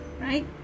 right